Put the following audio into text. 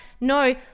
no